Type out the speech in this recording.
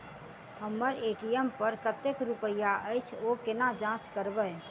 हम्मर ए.टी.एम पर कतेक रुपया अछि, ओ कोना जाँच करबै?